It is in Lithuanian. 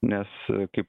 nes kaip